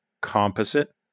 composite